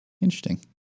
Interesting